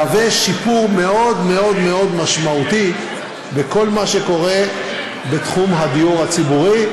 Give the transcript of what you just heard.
יהיה שיפור מאוד מאוד מאוד משמעותי בכל מה שקורה בתחום הדיור הציבורי,